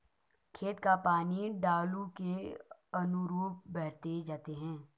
खेत का पानी ढालू के अनुरूप बहते जाता है